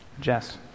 Jess